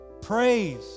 Praise